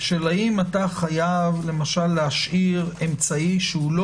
של האם אתה חייב למשל להשאיר אמצעי שאינו